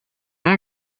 nom